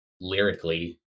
lyrically